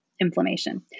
inflammation